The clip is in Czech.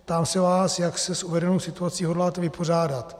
Ptám se vás, jak se s uvedenou situací hodláte vypořádat.